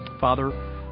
Father